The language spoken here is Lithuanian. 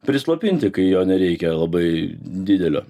prislopinti kai jo nereikia labai didelio